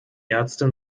ärztin